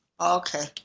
Okay